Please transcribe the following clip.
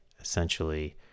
essentially